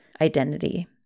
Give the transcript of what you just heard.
identity